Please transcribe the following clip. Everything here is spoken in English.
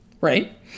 right